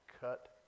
cut